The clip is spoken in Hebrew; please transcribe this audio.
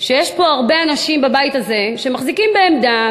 שיש פה בבית הזה הרבה אנשים שמחזיקים בעמדה